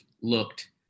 looked